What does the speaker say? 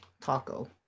taco